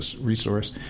resource